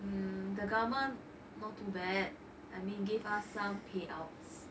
uh the government nor too bad I mean gave us some payouts